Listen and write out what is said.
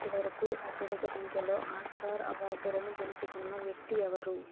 ఇప్పటి వరకు అత్యధిక సంఖ్యలో ఆస్కార్ అవార్డులను గెలుచుకున్న వ్యక్తి ఎవరు